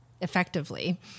effectively